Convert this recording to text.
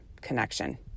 connection